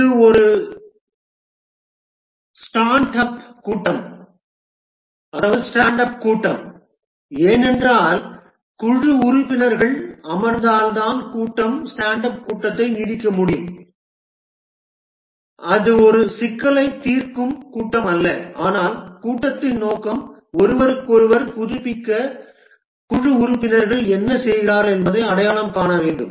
இது ஒரு stand up கூட்டம் ஏனென்றால் குழு உறுப்பினர்கள் அமர்ந்தால் கூட்டம் ஸ்டாண்ட் அப் கூட்டத்தை நீடிக்கக்கூடும் அது ஒரு சிக்கலைத் தீர்க்கும் கூட்டம் அல்ல ஆனால் கூட்டத்தின் நோக்கம் ஒருவருக்கொருவர் புதுப்பிக்க குழு உறுப்பினர்கள் என்ன செய்கிறார்கள் என்பதை அடையாளம் காண வேண்டும்